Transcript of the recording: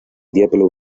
diablo